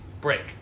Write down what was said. break